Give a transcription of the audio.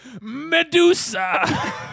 Medusa